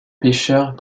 pêcheurs